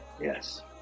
Yes